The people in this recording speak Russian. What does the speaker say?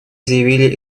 заявили